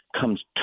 comes